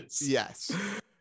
Yes